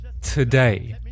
today